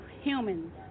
Humans